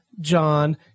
John